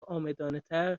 عامدانهتر